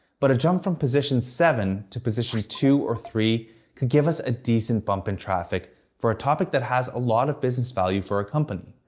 but a jump from position seven to position two or three could give us a decent bump in traffic for a topic that has a lot of business value for our company.